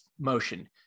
motion